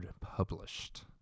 published